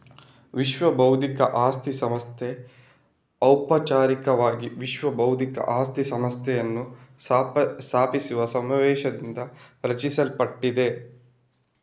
ವಿಶ್ವಬೌದ್ಧಿಕ ಆಸ್ತಿ ಸಂಸ್ಥೆ ಔಪಚಾರಿಕವಾಗಿ ವಿಶ್ವ ಬೌದ್ಧಿಕ ಆಸ್ತಿ ಸಂಸ್ಥೆಯನ್ನು ಸ್ಥಾಪಿಸುವ ಸಮಾವೇಶದಿಂದ ರಚಿಸಲ್ಪಟ್ಟಿದೆ